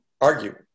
argue